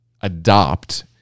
adopt